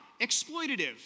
exploitative